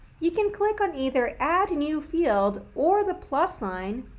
you can click on either add new field or the plus sign